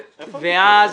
סליחה.